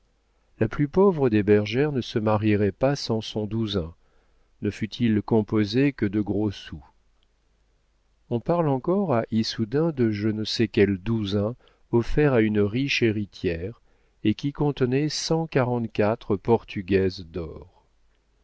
la plus pauvre des bergères ne se marierait pas sans son douzain ne fût-il composé que de gros sous on parle encore à issoudun de je ne sais quel douzain offert à une riche héritière et qui contenait cent quarante-quatre portugaises d'or